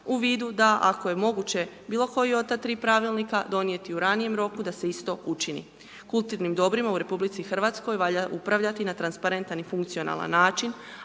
u vidu da ako je moguće bilo koji od ta tri pravilnika donijeti u ranijem roku da se isto učini. Kulturnim dobrima u RH valja upravljati na transparentan i funkcionalan način